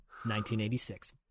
1986